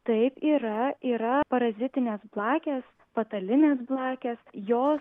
taip yra yra parazitinės blakės patalinės blakės jo